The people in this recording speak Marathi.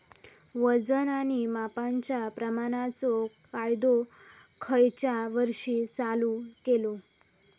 वजन आणि मापांच्या प्रमाणाचो कायदो खयच्या वर्षी चालू केलो?